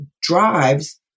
drives